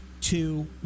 two